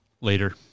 later